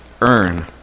earn